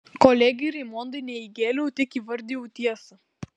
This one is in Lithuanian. kolegei raimondai ne įgėliau tik įvardijau tiesą